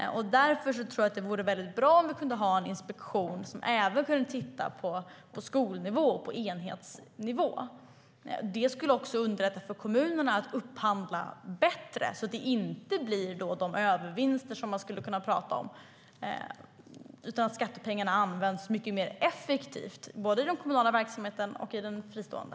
Därför vore det väldigt bra om vi kunde ha en inspektion som även kunde titta på skolnivå och enhetsnivå. Det skulle också underlätta för kommunerna att upphandla bättre så att det inte blir de övervinster som man skulle kunna tala om utan att skattepengarna används mycket mer effektivt både i den kommunala verksamheten och i den fristående.